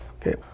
Okay